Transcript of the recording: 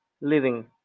living